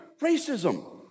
Racism